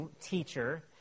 teacher